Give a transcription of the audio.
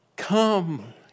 Come